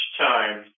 time